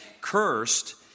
cursed